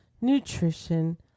nutrition